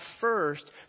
first